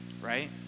right